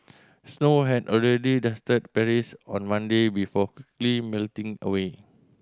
snow had already dusted Paris on Monday before quickly melting away